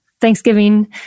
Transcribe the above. Thanksgiving